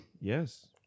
Yes